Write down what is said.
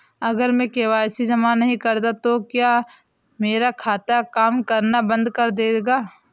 अगर मैं के.वाई.सी जमा नहीं करता तो क्या मेरा खाता काम करना बंद कर देगा?